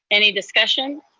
any discussion?